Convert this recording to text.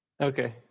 Okay